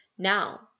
Now